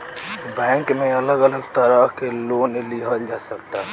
bank में अलग अलग तरह के लोन लिहल जा सकता